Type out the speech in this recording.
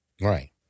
Right